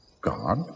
God